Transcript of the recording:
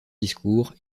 discours